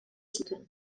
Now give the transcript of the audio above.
zuten